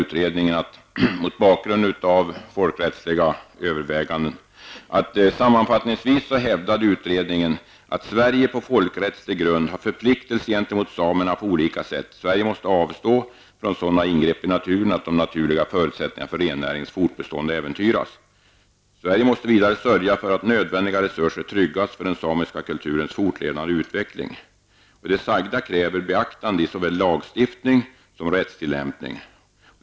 Utredningen konstaterar där, mot bakgrund av folkrättsliga överväganden, följande: ''Sammanfattningsvis hävdar vi att Sverige på folkrättslig grund har förpliktelser gentemot samerna på olika sätt. Sverige måste avstå från sådana ingrepp i naturen att de naturliga förutsättningarna för rennäringens fortbestånd äventyras. Sverige måste vidare sörja för att nödvändiga resurser tryggas för den samiska kulturens fortlevnad och utveckling. Det sagda kräver beaktande i såväl lagstiftning som rättstillämpning.